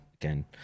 again